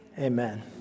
Amen